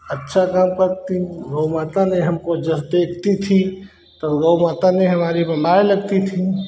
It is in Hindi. अच्छा काम करती गौ माता ने हमको जह तेखती थी तो गौ माता ने हमारी बम्बाय लगती थी